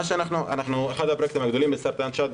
אחד הפרויקטים הגדולים לסרטן השד,